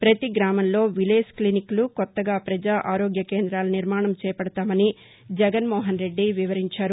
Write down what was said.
ప్రతి గ్రామంలో విలేజ్ క్లినిక్లు కొత్తగా ప్రజా ఆరోగ్య కేంద్రాల నిర్మాణం చేపడతామని జగన్ మోహన్ రెడ్డి వివరించారు